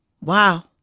Wow